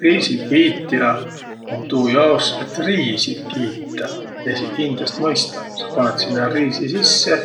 Riisikiitjä um tuujaos, et riisi kiitäq. Esiqhindäst mõista jo. Sa panõt sinnäq riisi sisse,